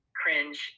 cringe